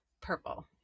Purple